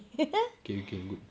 okay okay good